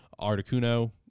Articuno